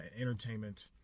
entertainment